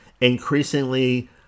increasingly